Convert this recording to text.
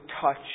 touch